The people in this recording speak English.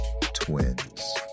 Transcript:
twins